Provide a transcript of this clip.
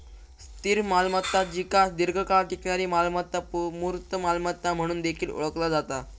स्थिर मालमत्ता जिका दीर्घकाळ टिकणारी मालमत्ता, मूर्त मालमत्ता म्हणून देखील ओळखला जाता